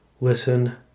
listen